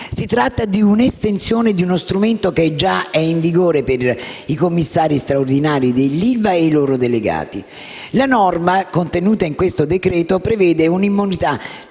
Si tratta di un'estensione di uno strumento già in vigore per i commissari straordinari dell'ILVA e i loro delegati. La norma, contenuta in questo decreto-legge, prevede un'immunità